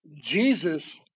Jesus